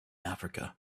africa